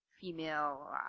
female